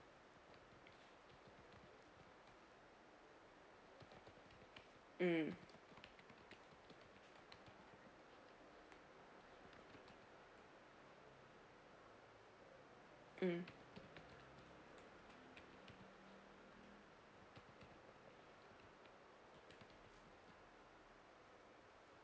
mm mm